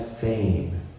fame